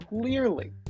clearly